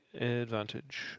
advantage